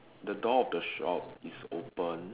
the door of the shop is open